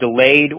delayed